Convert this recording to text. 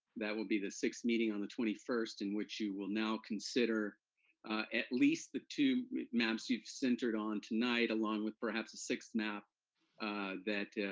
that would be the sixth meeting on the twenty first in which you will now consider at least the two maps you've centered on tonight along with, perhaps, a sixth nap that,